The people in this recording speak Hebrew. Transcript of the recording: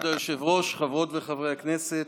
כבוד היושב-ראש, חברות וחברי הכנסת,